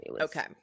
Okay